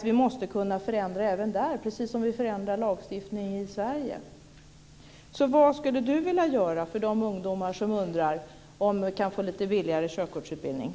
Vi måste kunna förändra även där, precis som vi förändrar lagstiftningen i Sverige.